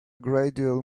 gradual